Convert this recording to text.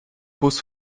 bus